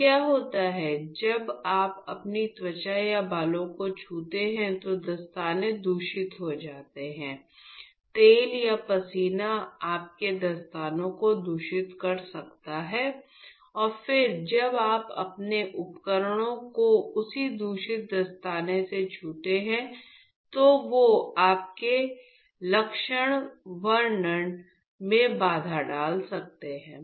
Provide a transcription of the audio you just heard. तो क्या होता है जब आप अपनी त्वचा या बालों को छूते हैं तो दस्ताने दूषित हो सकते हैं तेल या पसीना आपके दस्ताने को दूषित कर सकता है और फिर जब आप अपने उपकरणों को उसी दूषित दस्ताने से छूते हैं तो वो आपके लक्षण वर्णन में बाधा डाल सकता है